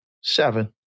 Seven